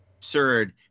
absurd